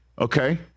Okay